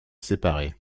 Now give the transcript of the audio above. séparait